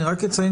אני רק אציין,